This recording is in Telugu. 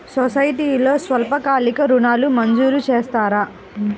సొసైటీలో స్వల్పకాలిక ఋణాలు మంజూరు చేస్తారా?